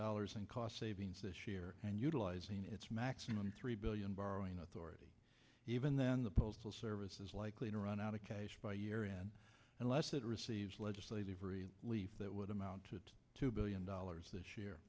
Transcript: dollars in cost savings this year and utilizing its maximum three billion borrowing authority even then the postal service is likely to run out of cash by year end unless it receives legislative leaf that would amount to two billion dollars this year